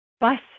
bus